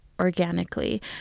organically